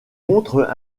montre